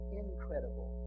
incredible